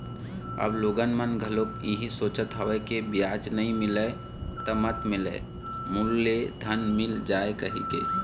अब लोगन मन घलोक इहीं सोचत हवय के बियाज नइ मिलय त मत मिलय मूलेधन मिल जाय कहिके